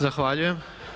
Zahvaljujem.